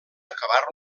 acabar